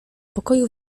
pokoju